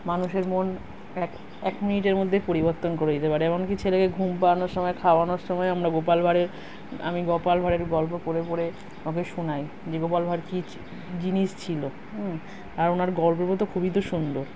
মানুষের মন এক এক মিনিটের মধ্যে পরিবর্তন করে দিতে পারে এমনকি ছেলেকে ঘুম পাড়ানোর সময় খাওয়ানোর সময় আমরা গোপাল ভাঁড়ের আমি গোপাল ভাঁড়ের গল্প পড়ে পড়ে ওকে শোনাই যে গোপাল ভাঁড় কী জিনিস ছিল আর ওনার গল্পগুলো তো খুবই তো সুন্দর